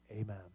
Amen